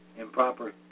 improper